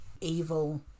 evil